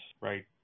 right